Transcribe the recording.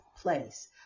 place